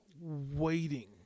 waiting